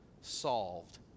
solved